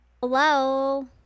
Hello